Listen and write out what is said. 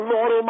Lord